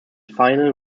final